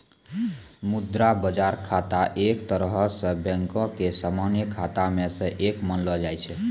मुद्रा बजार खाता एक तरहो से बैंको के समान्य खाता मे से एक मानलो जाय छै